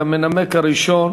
2013. המנמק הראשון,